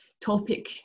topic